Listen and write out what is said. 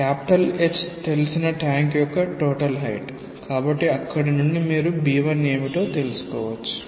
H తెలిసిన tank యొక్క total height కాబట్టి అక్కడ నుండి మీరుb1ఏమిటో తెలుసుకోవచ్చు